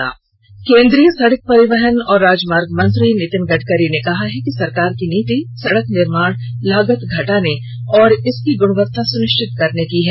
नितिन गडकरी केंद्रीय सडक परिवहन एवं राजमार्ग मंत्री नितिन गडकरी ने कहा है कि सरकार की नीति सडक निर्माण लागत घटाने तथा इसकी गुणवत्ता सुनिश्चित करने की है